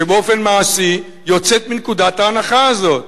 שבאופן מעשי יוצאת מנקודת ההנחה הזאת.